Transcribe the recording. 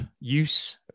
Use